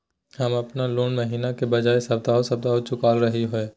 हम अप्पन लोन महीने के बजाय सप्ताहे सप्ताह चुका रहलिओ हें